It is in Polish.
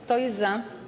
Kto jest za?